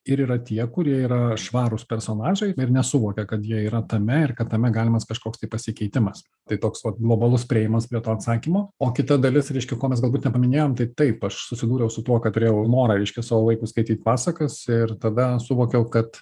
ir yra tie kurie yra švarūs personažai ir nesuvokia kad jie yra tame ir kad tame galimas kažkoks tai pasikeitimas tai toks vat globalus priėjimas prie to atsakymo o kita dalis reiškia ko mes galbūt nepaminėjom tai taip aš susidūriau su tuo kad turėjau norą reiškia savo vaikui skaityt pasakas ir tada suvokiau kad